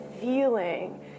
feeling